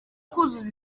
kuzuza